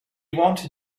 wanted